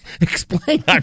explain